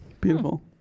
Beautiful